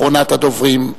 אחרונת הדוברים.